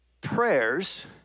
prayers